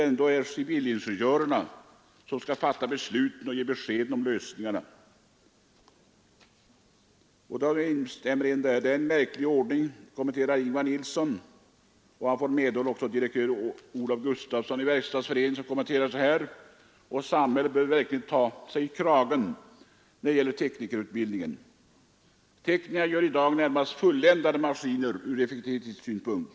Ändå är det civilingenjörerna som ska fatta besluten, ge beskeden och lösningarna.” Det är en märklig ordning, kommenterade Ingvar Nilsson. Han fick medhåll av direktör Olof Gustafsson, Verkstadsföreningen, som kommenterade: ”Samhället bör verkligen ta sig i kragen när det gäller teknikerutbildningen. Teknikerna gör i dag närmast fulländade maskiner — ur effektivitetssynpunkt.